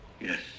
Yes